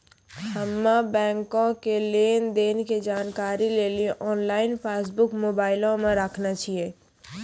हम्मे बैंको के लेन देन के जानकारी लेली आनलाइन पासबुक मोबाइले मे राखने छिए